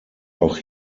auch